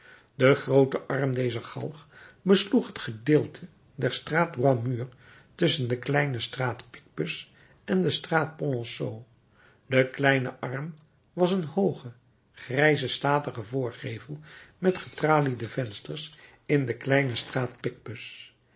de groote arm dezer galg besloeg het gedeelte der straat droit mur tusschen de kleine straat picpus en de straat polonceau de kleine arm was een hooge grijze statige voorgevel met getraliede vensters in de kleine straat picpus